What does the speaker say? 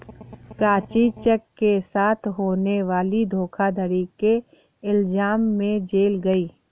Prachi cheque के साथ होने वाली धोखाधड़ी के इल्जाम में जेल गई